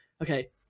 okay